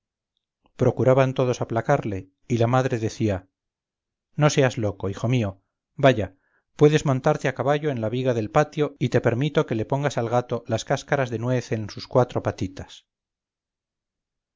procuraban todos aplacarle y la madre decía no seas loco hijo mío vaya puedes montarte a caballo en la viga del patio y te permito que le pongas al gato las cáscaras de nuez en sus cuatro patitas